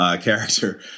character